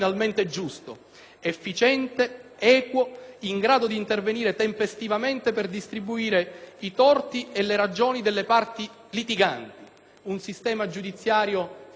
efficiente, equo, in grado di intervenire tempestivamente per distribuire i torti e le ragioni delle parti litiganti; un sistema giudiziario che ricordi